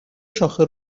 شاخه